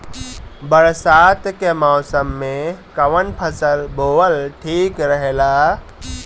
बरसात के मौसम में कउन फसल बोअल ठिक रहेला?